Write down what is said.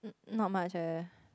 no much eh